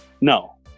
No